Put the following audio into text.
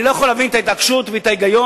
אני לא יכול להבין את ההתעקשות ואת ההיגיון,